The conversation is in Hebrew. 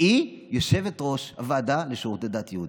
והיא יושבת-ראש הוועדה לשירותי הדת היהודיים.